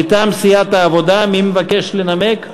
מטעם סיעת העבודה, מי מבקש לנמק?